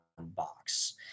Box